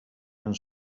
and